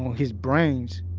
his brains